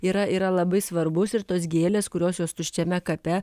yra yra labai svarbus ir tos gėlės kurios jos tuščiame kape